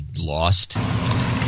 lost